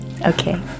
Okay